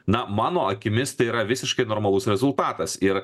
na mano akimis tai yra visiškai normalus rezultatas ir